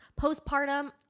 Postpartum